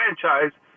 franchise